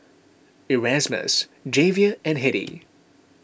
Erasmus Javier and Hedy